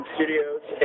Studios